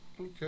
Okay